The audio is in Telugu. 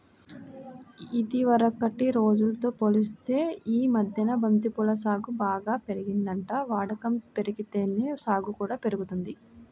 ఇదివరకటి రోజుల్తో పోలిత్తే యీ మద్దెన బంతి పూల సాగు బాగా పెరిగిందంట, వాడకం బెరిగితేనే సాగు కూడా పెరిగిద్ది